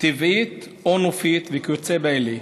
טבעית או נופית וכיוצא באלה,